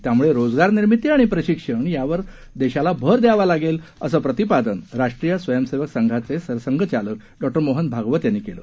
त्यामुळे रोजगार निर्मिती आणि प्रशिक्षण यावर देशाला भर द्यावा लागेल असं प्रतिपादन राष्ट्रीय स्वयंसंघाचे संघसंचालक डॉक्टर मोहन भागवत यांनी केलं